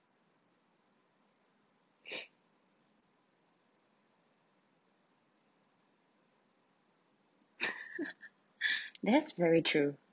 that's very true